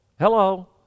Hello